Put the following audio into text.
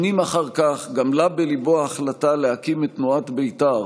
שנים אחר כך גמלה בליבו ההחלטה להקים את תנועת בית"ר,